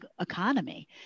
economy